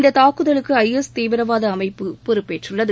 இந்த தாக்குதலுக்கு I S தீவிரவாத அமைப்பு பொறுப்பேற்றுள்ளது